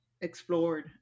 explored